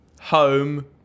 home